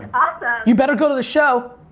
awesome! you better go to the show.